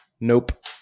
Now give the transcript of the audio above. Nope